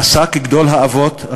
פסק גדול האבות,